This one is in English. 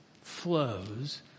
flows